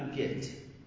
get